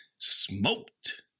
Smoked